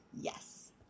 Yes